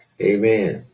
Amen